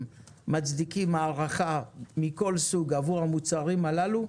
מצדיקים הארכה מכל סוג עבור המוצרים הללו,